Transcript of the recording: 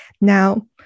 Now